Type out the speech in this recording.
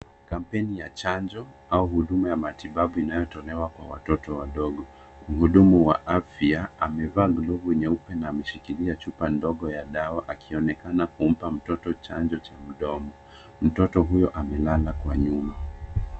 Kampeni ya chanjo au huduma ya matibabu inayotolewa kwa watoto wadogo. Mhudumu wa afya amevaa glovu nyeupe na ameshikilia chupa ndogo ya dawa akionekana kumpa mtoto chanjo cha mdomo. Mtoto huyo amelala kwa nyumba.